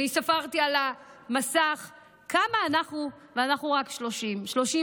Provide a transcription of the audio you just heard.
אני ספרתי על המסך כמה אנחנו, ואנחנו רק 30 נשים.